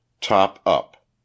top-up